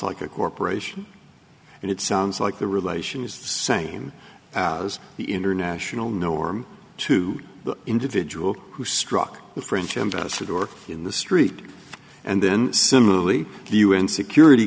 like a corporation and it sounds like the relation is the same as the international norm to the individual who struck the french ambassador in the street and then similarly the un security